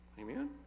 Amen